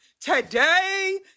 Today